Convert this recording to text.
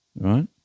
Right